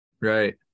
right